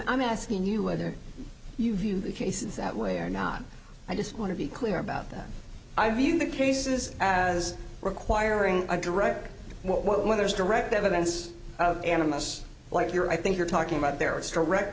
i'm asking you whether you view the cases that way or not i just want to be clear about that i view the cases as requiring a director when there's direct evidence of animus what you're i think you're talking about there it's direct